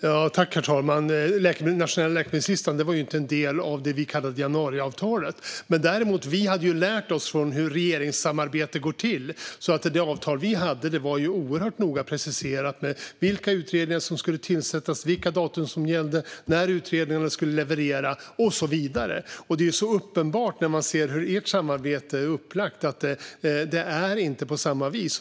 Herr talman! Den nationella läkemedelslistan var inte en del av januariavtalet. Däremot hade vi lärt oss hur regeringssamarbete går till. Det avtal vi hade var därför oerhört noga preciserat med vilka utredningar som skulle tillsättas, vilka datum som gällde, när utredningarna skulle leverera och så vidare. När man ser hur ert samarbete är upplagt är det så uppenbart att det inte är på samma vis.